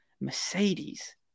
Mercedes